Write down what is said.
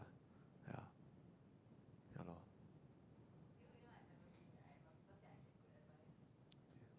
ya ya lor